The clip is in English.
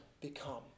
become